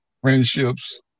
friendships